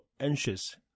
anxious